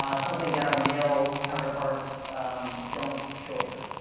ah something that our male counterparts don't shoulder.